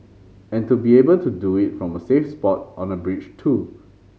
and to be able to do it from a safe spot on a bridge too